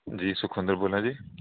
ਜੀ ਸੁਖਵਿੰਦਰ ਬੋਲ ਰਿਹਾ ਜੀ